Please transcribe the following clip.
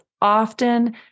often